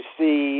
see